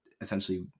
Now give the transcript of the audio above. essentially